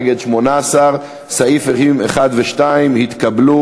נגד 18. סעיפים 1 ו-2 התקבלו,